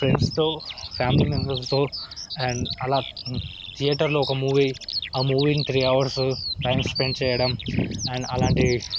ఫ్రెండ్స్తో ఫ్యామిలీ మెంబర్స్తో అండ్ అలా థియేటర్లో ఒక మూవీ ఆ మూవీని త్రీ అవర్స్ టైమ్ స్పెండ్ చేయడం అండ్ అలాంటి